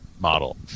model